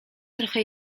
trochę